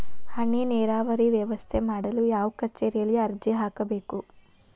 ಹನಿ ನೇರಾವರಿ ವ್ಯವಸ್ಥೆ ಮಾಡಲು ಯಾವ ಕಚೇರಿಯಲ್ಲಿ ಅರ್ಜಿ ಹಾಕಬೇಕು?